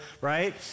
right